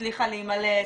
הצליחה להימלט,